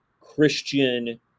christian